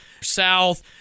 south